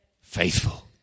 faithful